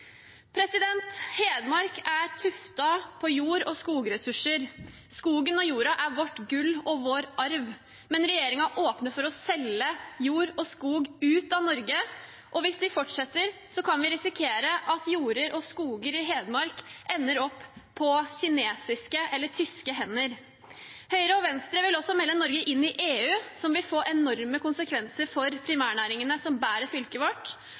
Hedmark er tuftet på jord- og skogressurser. Skogen og jorda er vårt gull og vår arv. Men regjeringen åpner for å selge jord og skog ut av Norge, og hvis de fortsetter, kan vi risikere at jorder og skoger i Hedmark ender opp på kinesiske eller tyske hender. Høyre og Venstre vil også melde Norge inn i EU. Det vil få enorme konsekvenser for primærnæringene, som bærer fylket vårt,